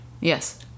Yes